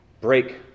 break